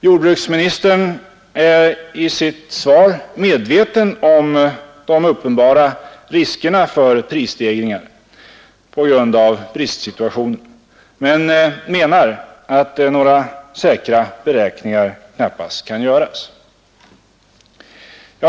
Jordbruksministern är i sitt svar medveten om de uppenbara riskerna för prisstegringar på grund av bristsituationen men menar att några säkra beräkningar knappast kan göras.